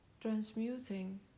transmuting